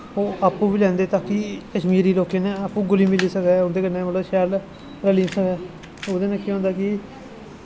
ओह् आप्पू बी लैंदे ताकि कश्मीरी लोकें नै आप्पू घुली मिली सकै ओह्दे कन्नै मतलब शैल रली सकै ओह्दे ने केह् होंदा कि